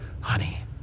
Honey